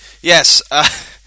yes